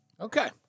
Okay